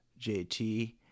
JT